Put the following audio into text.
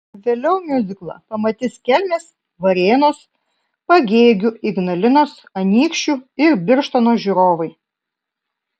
vėliau miuziklą pamatys kelmės varėnos pagėgių ignalinos anykščių ir birštono žiūrovai